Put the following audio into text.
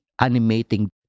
animating